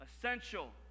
essential